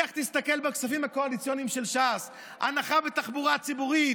לך תסתכל בכספים הקואליציוניים של ש"ס: הנחה בתחבורה הציבורית,